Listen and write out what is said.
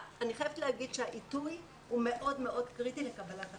אני חייבת לומר שהעיתוי הוא מאוד מאוד קריטי לקבלת החלטה.